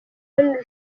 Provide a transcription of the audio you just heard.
henri